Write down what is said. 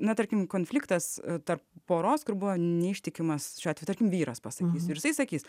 na tarkim konfliktas tarp poros kur buvo neištikimas šiuo atveju tarkim vyras pasakysiu ir jisai sakys